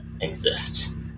exist